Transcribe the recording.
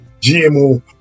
GMO